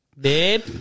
Babe